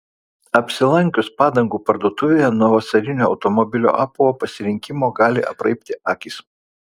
apsilankius padangų parduotuvėje nuo vasarinio automobilio apavo pasirinkimo gali apraibti akys